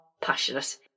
passionate